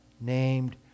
named